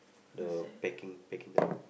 the packing packing job